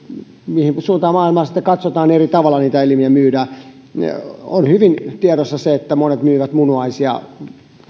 mihin suuntaan maailmaa sitten katsotaankaan niin eri tavalla niitä elimiä myydään on hyvin tiedossa se että monet myyvät munuaisia